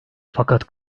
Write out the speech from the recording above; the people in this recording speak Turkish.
fakat